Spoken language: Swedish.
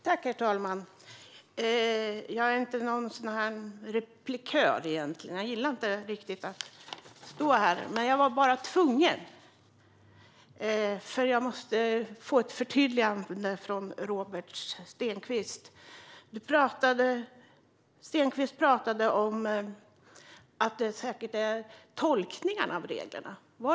Herr talman! Jag är ingen replikör, och jag gillar inte att stå här. Men jag var tvungen att ta replik, för jag måste få ett förtydligande från Robert Stenkvist. Stenkvist talade om tolkningar av reglerna.